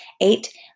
Eight